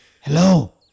Hello